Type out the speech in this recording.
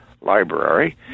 Library